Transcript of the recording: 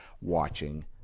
watching